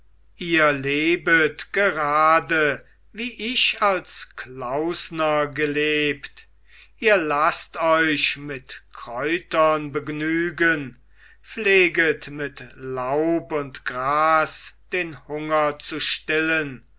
ihr lebet gerade wie ich als klausner gelebt ihr laßt euch mit kräutern begnügen pfleget mit laub und gras den hunger zu stillen